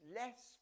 less